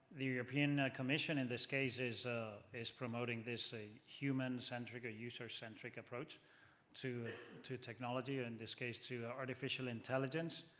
the european commission in this case is is promoting this human centric, or user centric approach to to technology, in this case to artificial intelligence.